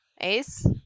Ace